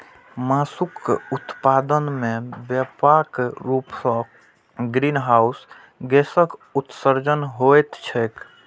मासुक उत्पादन मे व्यापक रूप सं ग्रीनहाउस गैसक उत्सर्जन होइत छैक